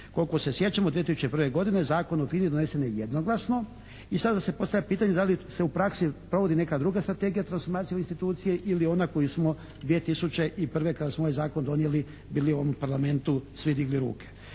Koliko se sjećamo 2001. godine Zakon o FINA-i donesen je jednoglasno i sada se postavlja pitanje da li se u praksi provodi neka druga strategija transformacije te institucije ili je ona koju smo 2001. kada smo ovaj zakon donijeli, bili u ovom Parlamentu svi digli ruke.